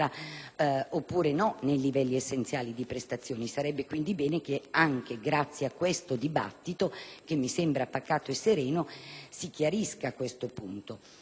oppure no nei livelli essenziali di prestazione. Sarebbe bene, dunque, se anche grazie a questo dibattito, che mi sembra pacato e sereno, si chiarisca tale punto.